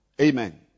Amen